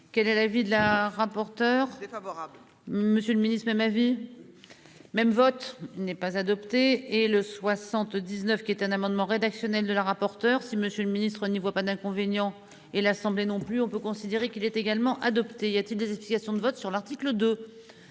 Quel est l'avis de la rapporteure favorable, Monsieur le Ministre même avis. Même vote n'est pas adopté et le 79 qui est un amendement rédactionnel de la rapporteure si Monsieur le Ministre, n'y voit pas d'inconvénient et l'Assemblée non plus, on peut considérer qu'il est également adopté il y a-t-il des explications de vote sur l'article 2.